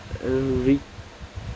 and read